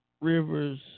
Rivers